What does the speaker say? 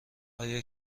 آیا